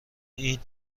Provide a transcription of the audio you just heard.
این